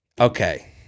okay